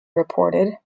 reported